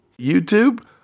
YouTube